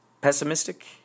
Pessimistic